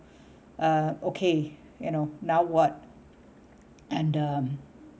uh okay you know now what and um